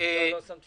ניהל את הכנסת